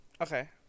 Okay